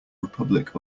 republic